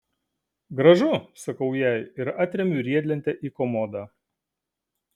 gražu sakau jai ir atremiu riedlentę į komodą